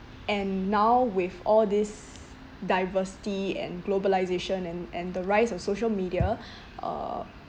and now with all this diversity and globalisation and and the rise of social media uh